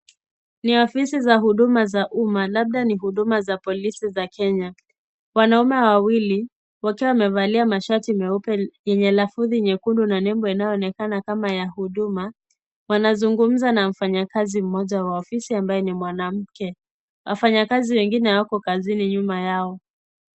Ni afisi za huduma za uma, labda ni huduma za polisi za Kenya, wanaume wawili, wakiwa wamevalia mashati meupe yenye lafudhi nyekundu na nembo inayo onekana kama ya huduma, wanazungumza na mfanyakazi mmoja wa ofisi ambaye ni mwanamke, wafanyakazi wengine wapo kazini nyuma yao.